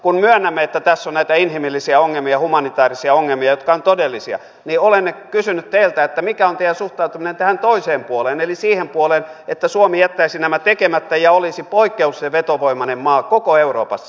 kun myönnämme että tässä on näitä inhimillisiä ongelmia ja humanitaarisia ongelmia jotka ovat todellisia niin olen kysynyt teiltä mikä on teidän suhtautumisenne tähän toiseen puoleen eli siihen puoleen että suomi jättäisi nämä tekemättä ja olisi poikkeuksellisen vetovoimainen maa koko euroopassa